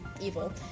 evil